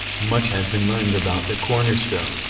much has been learned about the cornerstone,